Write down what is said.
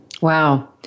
Wow